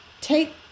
take